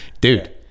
dude